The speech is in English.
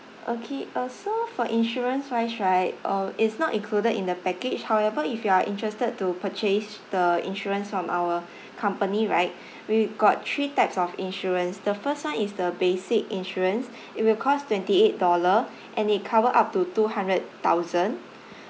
okay uh so for insurance wise right uh it's not included in the package however if you are interested to purchase the insurance from our company right we got three types of insurance the first one is the basic insurance it will cost twenty eight dollar and it cover up to two hundred thousand